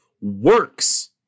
works